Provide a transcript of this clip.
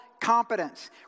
competence